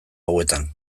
hauetan